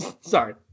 Sorry